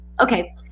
Okay